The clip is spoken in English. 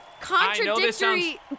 contradictory